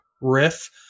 riff